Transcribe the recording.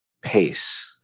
pace